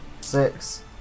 six